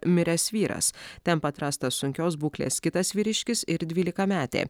miręs vyras ten pat rastas sunkios būklės kitas vyriškis ir dvylikametė